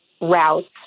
routes